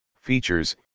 Features